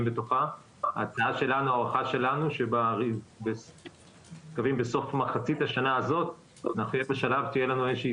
בתוכה ההערכה שלנו שבסוף מחצית השנה הזאת תהיה לנו איזה שהיא